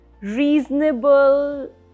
reasonable